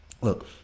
look